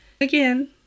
again